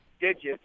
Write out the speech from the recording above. digits